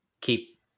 keep